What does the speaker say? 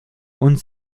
und